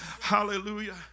hallelujah